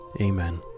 Amen